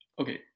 okay